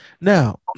now